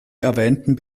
erwähnten